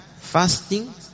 fasting